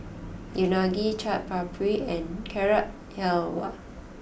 Unagi Chaat Papri and Carrot Halwa